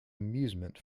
amusement